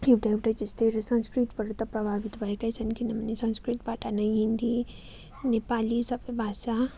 एउटै एउटै जस्तै र संस्कृतबाट त प्रभावित भएकै छन् किनभने संस्कृतबाट नै हिन्दी नेपाली सबै भाषा